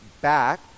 back